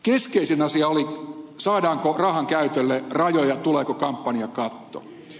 keskeisin asia oli saadaanko rahankäytölle rajoja tuleeko kampanjakatto